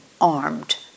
armed